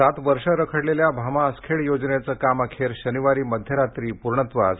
सात वर्ष रखडलेल्या भामा आसखेड योजनेचं काम अखेर शनिवारी मध्यरात्री पूर्णत्वास